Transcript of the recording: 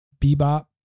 bebop